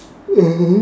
(uh huh)